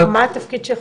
הדבר השני, למשל גיזום.